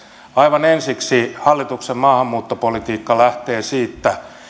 aivan ensiksi hallituksen maahanmuuttopolitiikka lähtee siitä